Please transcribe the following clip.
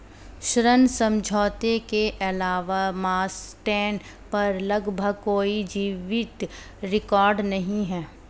ऋण समझौते के अलावा मास्टेन पर लगभग कोई जीवित रिकॉर्ड नहीं है